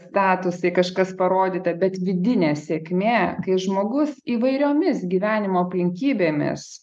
statusai kažkas parodyta bet vidinė sėkmė kai žmogus įvairiomis gyvenimo aplinkybėmis